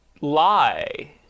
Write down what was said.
lie